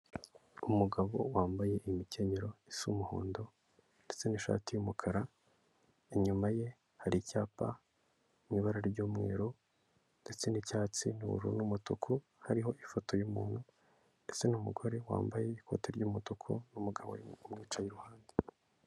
Umugabo wambaye imikenyero isa umuhondo ndetse n'ishati y'umukara, inyuma ye hari icyapa mu ibara ry'umweru ndetse n'icyatsi n'ubururu n'umutuku, hariho ifoto y'umuntu ndetse n'umugore wambaye ikoti ry'umutuku n'umugabo umwicaye iruhande.